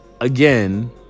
again